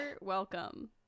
welcome